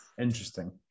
interesting